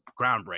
groundbreaking